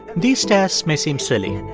these tests may seem silly,